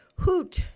hoot